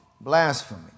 blasphemy